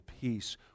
peace